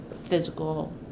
physical